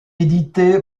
éditée